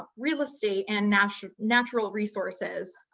ah real estate, and natural natural resources,